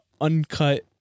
uncut